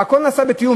והכול נעשה בתיאום.